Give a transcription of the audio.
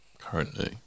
currently